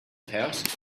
house